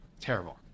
terrible